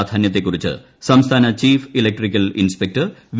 പ്രാധാനൃത്തെക്കുറിച്ച് സംസ്ഥാന chief electrical inspector V